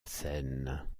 scène